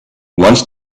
once